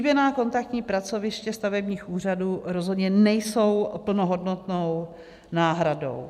Slíbená kontaktní pracoviště stavebních úřadů rozhodně nejsou plnohodnotnou náhradou.